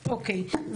אוקיי,